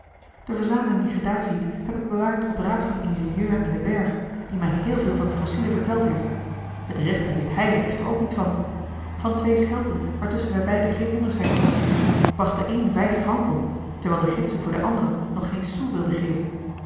de verzameling die ge daar ziet heb ik bewaard op raad van den ingenieur in den berg die mij heel veel van de fossielen verteld heeft het rechte weet hij er echter ook niet van van twee schelpen waartusschen wij beiden geen onderscheid konden zien bracht de eene vijf francs op terwijl de gidsen voor de andere nog geen sou wilden geven